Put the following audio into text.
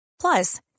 Plus